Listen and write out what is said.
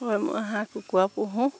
হয় মই হাঁহ কুকুৰা পোহোঁ